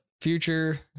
future